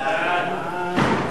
(תיקון מס' 96), התשע"א 2011,